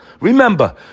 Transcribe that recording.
Remember